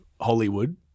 Hollywood